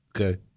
Okay